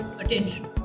attention